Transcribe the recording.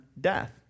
death